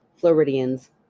Floridians